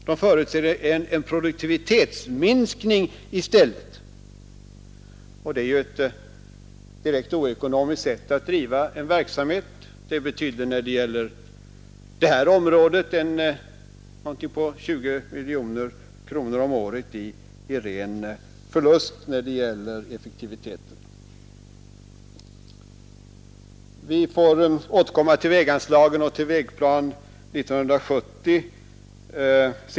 Man förutser tvärtom en produktivitetsminskning. Det är ju ett direkt oekonomiskt sätt att driva en verksamhet. När det gäller effektiviteten betyder det omkring 20 miljoner kronor om året i ren förlust. Vi får senare i år återkomma till väganslagen och till Vägplan 1970.